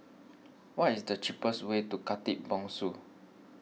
what is the cheapest way to Khatib Bongsu